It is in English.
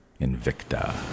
Invicta